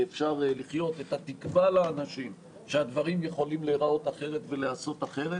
את התקווה לאנשים שהדברים יכולים להיראות ולהיעשות אחרת.